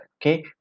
okay